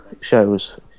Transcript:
shows